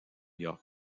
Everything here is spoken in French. york